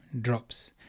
drops